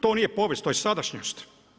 To nije povijest, to je sadašnjost.